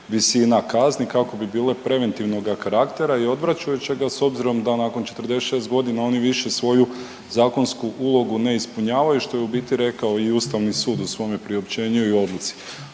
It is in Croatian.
visina kazni kako bi bile preventivnoga karaktera i odvračajućega s obzirom da nakon 46 godina oni više svoju zakonsku ulogu ne ispunjavaju što je u biti rekao i Ustavni sud u svome priopćenju i odluci,